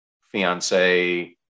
fiance